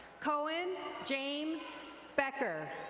cohen james becker.